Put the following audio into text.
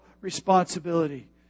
responsibility